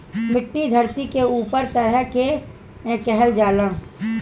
मिट्टी धरती के ऊपरी सतह के कहल जाला